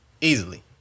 easily